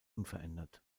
unverändert